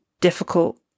difficult